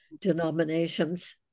denominations